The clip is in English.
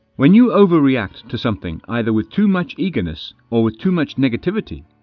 when you overreact to something either with too much eagerness or with too much negativity,